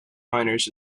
miners